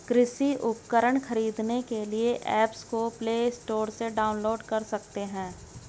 कृषि उपकरण खरीदने के लिए एप्स को प्ले स्टोर से डाउनलोड कर सकते हैं